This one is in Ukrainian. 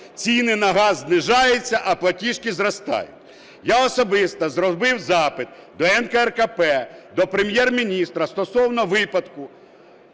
ціни на газ знижаються, а платіжки зростають. Я особисто зробив запит до НКРЕКП, до Прем'єр-міністра стосовно випадку